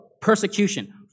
persecution